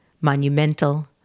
monumental